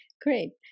Great